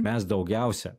mes daugiausia